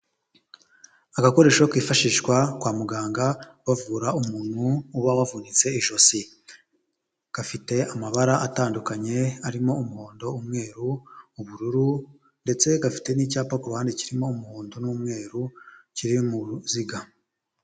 Agakoresho kifashishwa kwa muganga bavura umuntu uba wavunitse ijosi, gafite amabara atandukanye arimo umuhondo, umweru, ubururu ndetse gafite n'icyapa ku ruhande kirimo umuhondo n'umweru kiri mu ruziga.